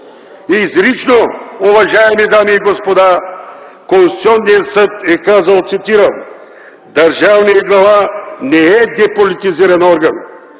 Изрично, уважаеми дами и господа, Конституционният съд е казал: „Държавният глава не е деполитизиран орган.